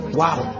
wow